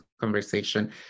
conversation